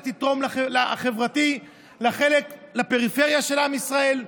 תתרום חברתית לפריפריה של עם ישראל,